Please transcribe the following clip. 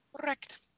Correct